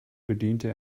bediente